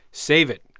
save it.